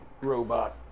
robot